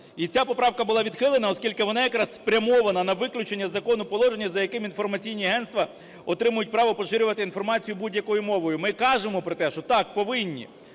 І ця поправка була відхилена, оскільки вона якраз спрямована на виключення з закону положення, за яким інформаційні агентства отримують право поширювати інформацію будь-якою мовою. Ми і кажемо про те, що: так, повинні.